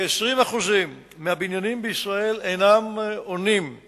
שכ-20% מהבניינים בישראל אינם עונים על